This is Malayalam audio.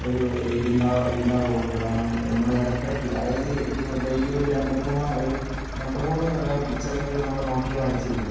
ഒരു ഇത് ഇണ്ട ഉണ്ടാവുള്ളൂ കാരണം നമ്മൾ ഇടയ്ക്കിടയ്ക്ക് അതായത് ഡെയിലി ഒരു രണ്ടുമൂന്നെണ്ണം ഒരു രണ്ട് മൂന്ന് പിക്ചർ എങ്കിലും നമ്മൾ നോക്കി വരച്ചിരിക്കണം